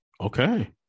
Okay